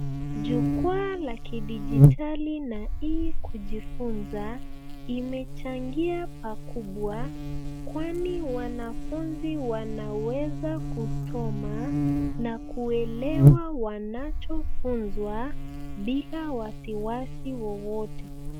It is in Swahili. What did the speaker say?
Jukwaa la kidijitali na E-learning , imechangia pakubwa, kwani wanafunzi wanaweza kusoma na kuelewa wanachofunzwa, bila wasiwasi wowote.